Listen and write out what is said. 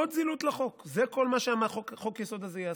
עוד זילות לחוק, זה כל מה שחוק-היסוד הזה יעשה,